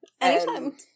Anytime